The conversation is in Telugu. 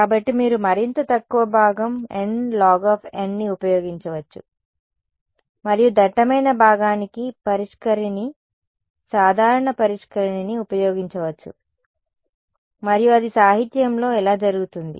కాబట్టి మీరు మరింత తక్కువ భాగం nlogని ఉపయోగించవచ్చు మరియు దట్టమైన భాగానికి పరిష్కరిణి సాధారణ పరిష్కరిణి ని ఉపయోగించవచ్చు మరియు అది సాహిత్యంలో ఎలా జరుగుతుంది